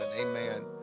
amen